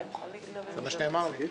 זה מה שנאמר לי.